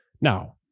Now